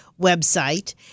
website